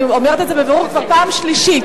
אני אומרת את זה בבירור כבר פעם שלישית.